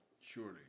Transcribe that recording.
Surely